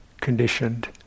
conditioned